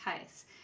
case